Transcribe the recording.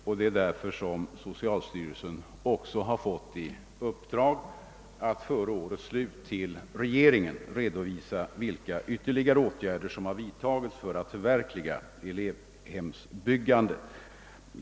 Det är också därför som socialstyrelsen fått i uppdrag att före årets slut för regeringen redovisa vilka ytterligare åtgärder som vidtagits för att förverkliga det planerade elevhemsbyggandet.